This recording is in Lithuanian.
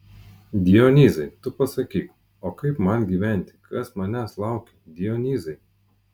dionyzai tu pasakyk o kaip man gyventi kas manęs laukia dionyzai